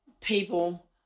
people